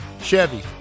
Chevy